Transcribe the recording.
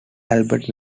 albert